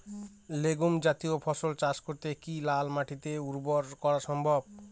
Legume জাতীয় ফসল চাষ করে কি লাল মাটিকে উর্বর করা সম্ভব?